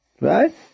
Right